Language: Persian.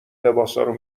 لباسارو